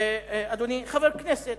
אדוני חבר הכנסת,